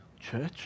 church